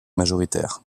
majoritaire